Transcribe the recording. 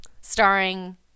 starring